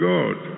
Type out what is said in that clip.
God